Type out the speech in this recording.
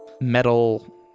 metal